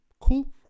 cool